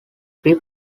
abby